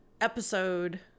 episode